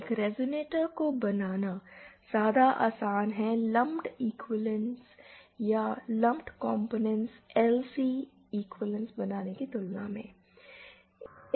एक रिजोनेटर को बनाना ज्यादा आसान है लंप्ड इक्विवेलेंस या लंप्ड कॉम्पोनेंट्स एल और सी के इक्विवेलेंस बनाने की तुलना में